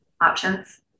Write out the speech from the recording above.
options